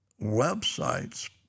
websites